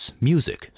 music